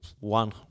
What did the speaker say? one